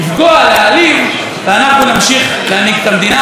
לפגוע, להעליב ואנחנו נמשיך להנהיג את המדינה.